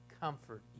comfort